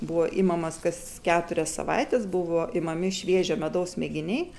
buvo imamas kas keturias savaites buvo imami šviežio medaus mėginiai